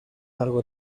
largo